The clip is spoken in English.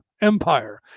empire